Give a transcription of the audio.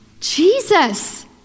Jesus